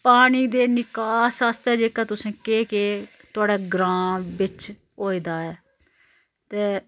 पानी दे निकास आस्तै जेह्का तुसें केह् केह् थुआढ़ै ग्रांऽ बिच्च होए दा ऐ